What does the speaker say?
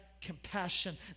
compassion